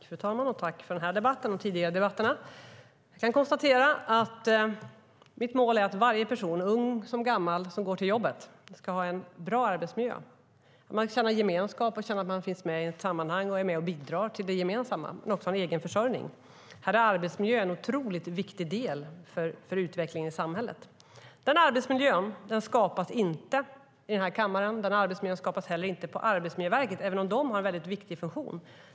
Fru talman! Tack för den här debatten och de tidigare debatterna! Jag konstaterar att mitt mål är att varje person, ung som gammal, som går till jobbet ska ha en bra arbetsmiljö. Man ska få känna gemenskap, att man är med i ett sammanhang, bidrar till det gemensamma och har en egen försörjning. Här har arbetsmiljön en otroligt viktig roll för utvecklingen av samhället. Den arbetsmiljön skapas inte i den här kammaren. Den arbetsmiljön skapas heller inte på Arbetsmiljöverket, även om det har en viktig funktion.